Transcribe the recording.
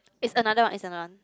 is another one is another one